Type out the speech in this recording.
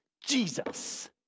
Jesus